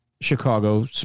Chicago